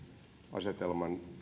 asetelman